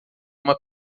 uma